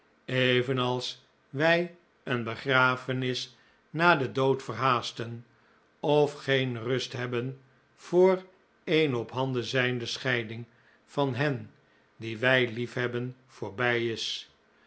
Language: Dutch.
evenals wij een begrafenis na den dood verhaasten of geen rust hebben voor een op handen zijnde scheiding van hen die wij lief hebben voorbij is